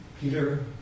Peter